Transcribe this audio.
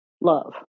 love